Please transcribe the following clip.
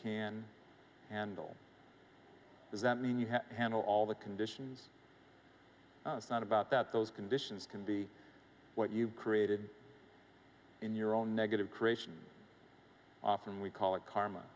can handle does that mean you have to handle all the conditions it's not about that those conditions can be what you've created in your own negative creation often we call it karma